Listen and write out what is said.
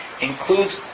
includes